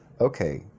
Okay